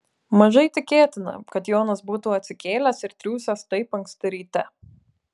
mažai tikėtina kad jonas būtų atsikėlęs ir triūsęs taip anksti ryte